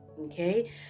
okay